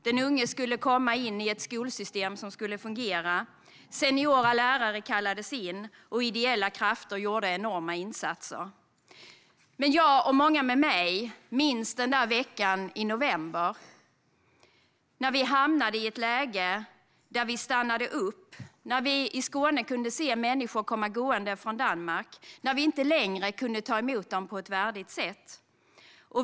De unga skulle komma in i ett skolsystem som skulle fungera. Seniora lärare kallades in, och ideella krafter gjorde enorma insatser. Men jag och många med mig minns den där veckan i november, då vi hamnade i ett läge där vi stannade upp - då vi i Skåne kunde se människor komma gående från Danmark och då vi inte längre kunde ta emot dem på ett värdigt sätt.